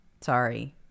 Sorry